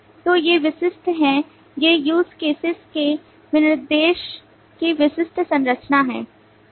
तो ये विशिष्ट हैं ये use cases के विनिर्देश की विशिष्ट संरचना हैं